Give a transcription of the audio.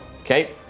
Okay